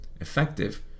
effective